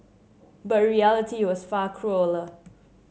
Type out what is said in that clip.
but reality was far crueller